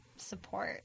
support